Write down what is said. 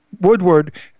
Woodward